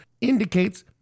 indicates